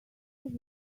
have